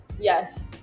yes